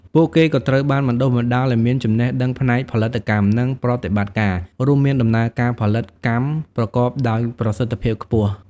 ពួកគេក៏ត្រូវបានបណ្ដុះបណ្ដាលឱ្យមានចំណេះដឹងផ្នែកផលិតកម្ម និងប្រតិបត្តិការ រួមមានដំណើរការផលិតកម្មប្រកបដោយប្រសិទ្ធភាពខ្ពស់។